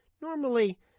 Normally